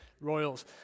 royals